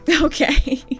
Okay